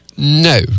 No